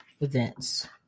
events